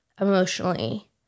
emotionally